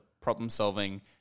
problem-solving